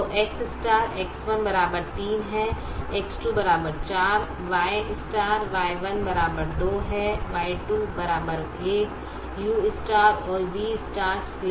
तो X X1 3 है X2 4 Y Y1 2 है Y2 1 U और V स्लैक्स के मूल्य हैं